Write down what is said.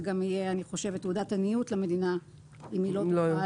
זה גם יהיה תעודת עניות למדינה אם היא לא תוכל